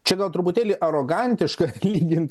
čia gal truputėlį arogantiška lygint